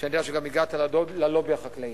שאני יודע שגם הגעת ללובי החקלאי: